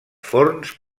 forns